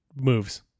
moves